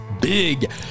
Big